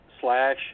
slash